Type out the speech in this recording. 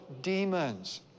demons